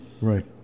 Right